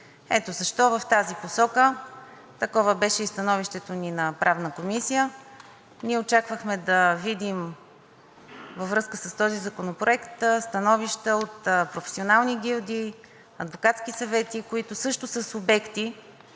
Ето защо в тази посока такова беше и становището ни в Правната комисия. Ние очаквахме да видим във връзка с този законопроект становища от професионални гилдии, адвокатски съвети, които също са субекти